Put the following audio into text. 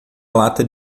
lata